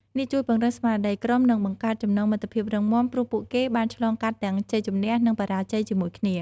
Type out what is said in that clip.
នេះជួយពង្រឹងស្មារតីក្រុម និងបង្កើតចំណងមិត្តភាពរឹងមាំ ព្រោះពួកគេបានឆ្លងកាត់ទាំងជ័យជម្នះ និងបរាជ័យជាមួយគ្នា។